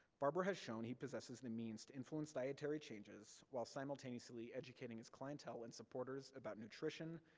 barber has shown he possesses the means to influence dietary changes while simultaneously educating his clientele and supporters about nutrition,